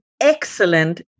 excellent